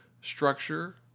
structure